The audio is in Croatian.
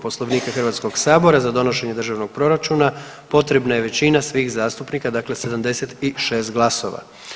Poslovnika Hrvatskog sabora za donošenje državnog proračuna potrebna je većina svih zastupnika, dakle 76 glasova.